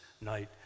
night